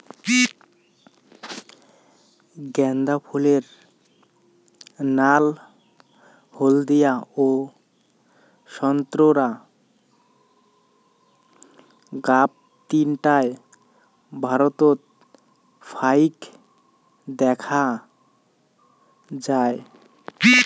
গ্যান্দা ফুলের নাল, হলদিয়া ও সোন্তোরা গাব তিনটায় ভারতত ফাইক দ্যাখ্যা যায়